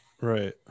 right